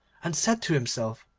and said to himself,